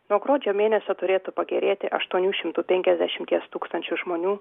nuo gruodžio mėnesio turėtų pagerėti aštuonių šimtų penkiasdešimies tūkstančių žmonių